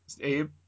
Abe